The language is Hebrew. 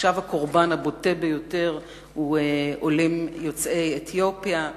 עכשיו הקורבן הבוטה ביותר הוא עולים יוצאי אתיופיה,